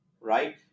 right